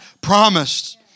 promised